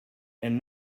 and